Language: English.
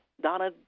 donna